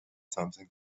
something